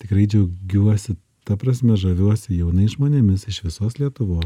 tikrai džiaugiuosi ta prasme žaviuosi jaunais žmonėmis iš visos lietuvos